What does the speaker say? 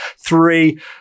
Three